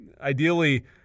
Ideally